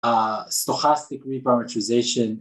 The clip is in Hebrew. סטוחסטיק ריפרמטריזציין